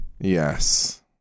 yes